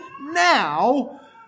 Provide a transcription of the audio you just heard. now